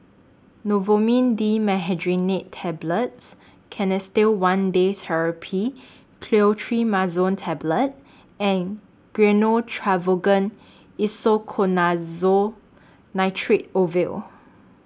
Novomin Dimenhydrinate Tablets Canesten one Day Therapy Clotrimazole Tablet and Gyno Travogen Isoconazole Nitrate Ovule